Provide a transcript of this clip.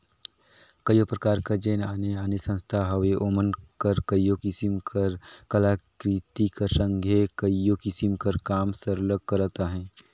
कइयो परकार कर जेन आने आने संस्था हवें ओमन हर कइयो किसिम कर कलाकृति कर संघे कइयो किसिम कर काम सरलग करत अहें